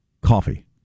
coffee